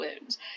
wounds